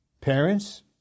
Parents